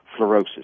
fluorosis